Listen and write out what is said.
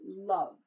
love